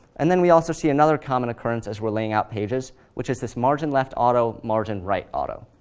and then we also see another common occurrence as we're laying out pages, which is this margin-left auto, margin-right auto.